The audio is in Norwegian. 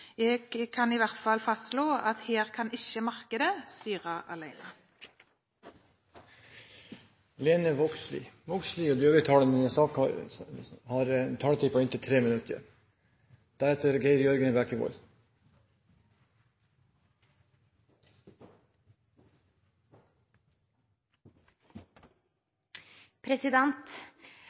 Jeg kan i hvert fall fastslå at her kan ikke markedet styre alene. De talerne som heretter får ordet, har en taletid på inntil 3 minutter.